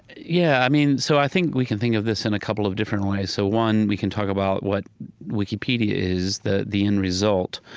yeah, i mean, so i think we can think of this in a couple of different ways. so one, we can talk about what wikipedia is, the the end result,